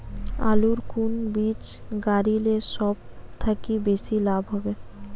আলুর কুন বীজ গারিলে সব থাকি বেশি লাভ হবে?